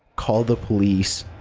call the police.